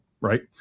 right